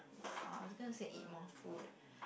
oh I was gonna say eat more food